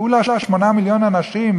כולה 8 מיליון אנשים,